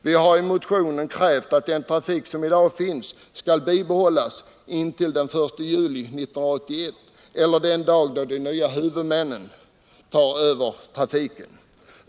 Vi har i motionen krävt att den trafik som i dag finns skall bibehållas intill den 1 juli 1981 eller den dag då de nya huvudmännen tar över trafiken.